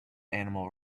animal